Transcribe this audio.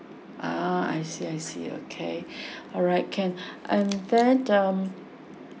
ah I see I see okay alright can and then um